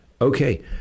okay